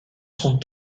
son